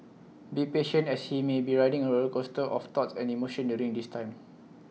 be patient as he may be riding A roller coaster of thoughts and emotions during this time